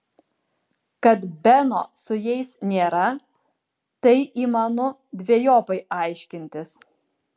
kad beno su jais nėra tai įmanu dvejopai aiškintis